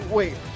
Wait